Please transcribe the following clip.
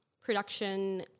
production